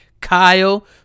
kyle